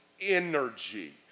energy